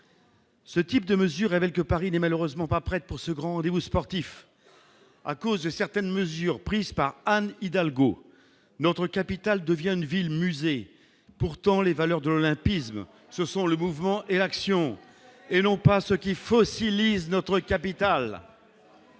ce type de mesures révèlent que Paris n'est malheureusement pas prête pour ce grand rendez-vous sportif à cause de certaines mesures prises par Anne Hidalgo, notre capital devient une ville musée, pourtant les valeurs de l'olympisme, ce sont le mouvement et l'action et non pas ce qu'il faut s'ils lisent notre capital.